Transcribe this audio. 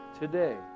Today